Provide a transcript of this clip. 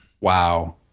Wow